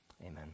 amen